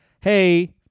hey